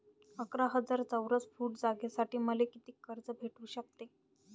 अकरा हजार चौरस फुट जागेसाठी मले कितीक कर्ज भेटू शकते?